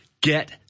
Get